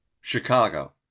Chicago